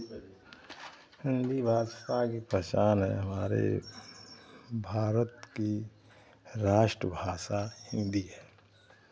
हिन्दी भाषा ही पहचान है हमारे भारत की राष्टभाषा हिन्दी है